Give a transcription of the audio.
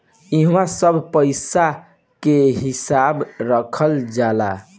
इहवा सब पईसा के हिसाब रखल जाला